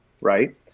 Right